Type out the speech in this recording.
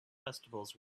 festivals